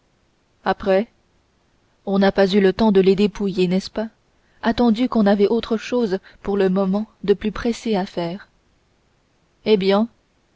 après on n'a pas eu le temps de les dépouiller n'est-ce pas attendu qu'on avait autre chose pour le moment de plus pressé à faire eh bien